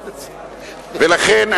ולכן,